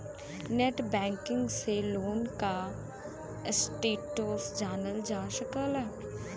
net banking से loan क status जानल जा सकला